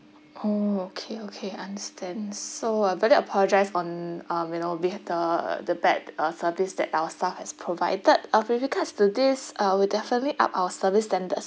oh okay okay understand so I very apologise on uh you know we had the uh the bad uh service that our staff has provided with regards to this uh we definitely up our service standards